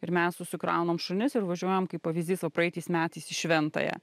ir mes susikraunam šunis ir važiuojam kaip pavyzdys va praeitais metais į šventąją